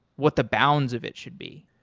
what the bounds of it should be.